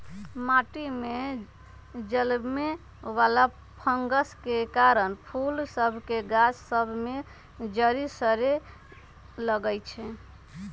माटि में जलमे वला फंगस के कारन फूल सभ के गाछ सभ में जरी सरे लगइ छै